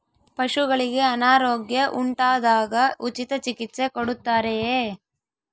ಪಶುಗಳಿಗೆ ಅನಾರೋಗ್ಯ ಉಂಟಾದಾಗ ಉಚಿತ ಚಿಕಿತ್ಸೆ ಕೊಡುತ್ತಾರೆಯೇ?